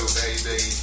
baby